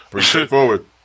straightforward